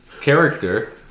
character